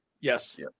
yes